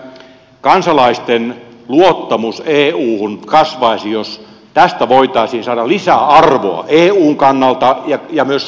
minä luulen että kansalaisten luottamus euhun kasvaisi jos tästä voitaisiin saada lisäarvoa eun kannalta ja myös suomen kannalta